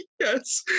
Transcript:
yes